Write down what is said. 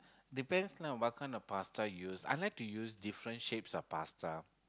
depends lah what kind of pasta you use I like to use different shapes of pasta